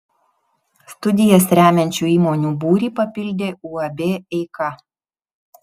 studijas remiančių įmonių būrį papildė uab eika